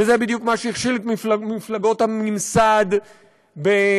וזה בדיוק מה שהכשיל את מפלגות הממסד באירופה,